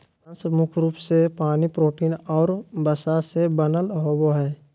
मांस मुख्य रूप से पानी, प्रोटीन और वसा से बनल होबो हइ